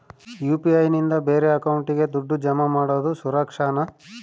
UPI ನಿಂದ ಬೇರೆ ಅಕೌಂಟಿಗೆ ದುಡ್ಡು ಜಮಾ ಮಾಡೋದು ಸುರಕ್ಷಾನಾ?